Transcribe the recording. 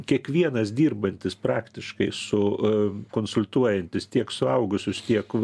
kiekvienas dirbantis praktiškai su konsultuojantis tiek suaugusius tiek